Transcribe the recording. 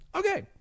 okay